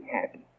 happy